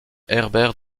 herbert